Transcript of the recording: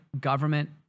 government